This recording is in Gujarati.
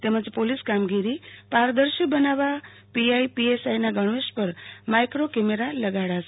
તેમજ પોલીસ કામગીરી પારદર્શી બનાવવા પીઆઈ પીએસઆઈ ના ગણવેશ પર માઈક્રી કેમેરા લગાડાશે